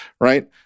right